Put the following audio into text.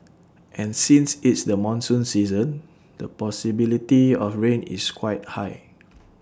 and since it's the monsoon season the possibility of rain is quite high